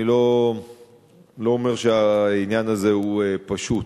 אני לא אומר שהעניין הזה פשוט.